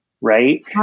right